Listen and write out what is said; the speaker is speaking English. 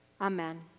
Amen